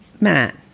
Matt